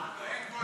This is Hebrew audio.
עד תום.